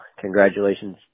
congratulations